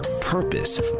purpose